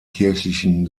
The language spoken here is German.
kirchlichen